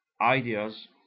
ideas